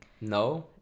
No